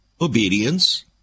obedience